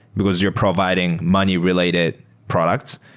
because you're providing money related products.